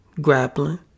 grappling